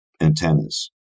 antennas